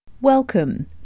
Welcome